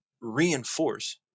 reinforce